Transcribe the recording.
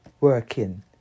working